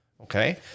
Okay